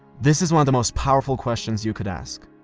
this is one of the most powerful questions you could ask.